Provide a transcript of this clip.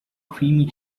creamy